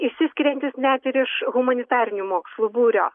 išsiskiriantis net ir iš humanitarinių mokslų būrio